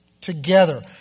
together